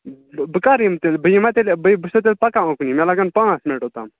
بہٕ بہٕ کَر یِمہٕ تیٚلہِ بہٕ یِما تیٚلہِ بہٕ بہٕ چھُسو تیٚلہِ پَکان اُکنٕے مےٚ لَگن پانٛژھ مِنٛٹ اوٚتام